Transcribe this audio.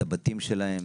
את הבתים שלהם,